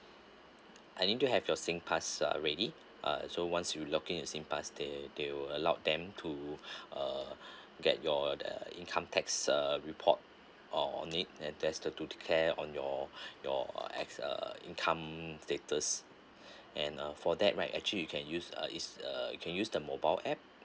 I need to have your singpass uh ready uh so once you login your singpass they they will allowed them to uh get your uh income taxes uh report or need a test that to declare on your your ex uh income status and uh for that right actually can use uh is uh can use the mobile app